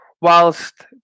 whilst